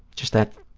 just that